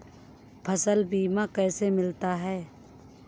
फसल बीमा कैसे मिलता है?